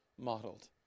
modeled